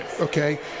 Okay